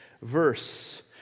verse